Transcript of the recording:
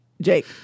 Jake